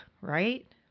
right